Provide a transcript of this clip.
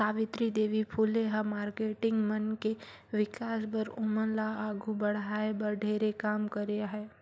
सावित्री देवी फूले ह मारकेटिंग मन के विकास बर, ओमन ल आघू बढ़ाये बर ढेरे काम करे हे